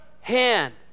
hand